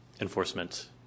enforcement